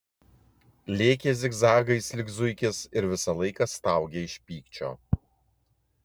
lėkė zigzagais lyg zuikis ir visą laiką staugė iš pykčio